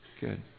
Good